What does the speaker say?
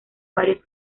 varios